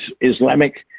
islamic